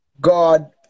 God